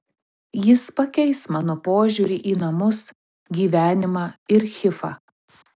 jis pakeis mano požiūrį į namus gyvenimą ir hifą